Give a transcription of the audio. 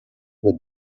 بهت